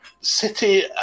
City